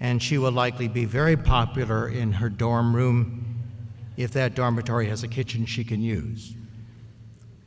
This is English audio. and she will likely be very popular in her dorm room if that dormitory has a kitchen she can use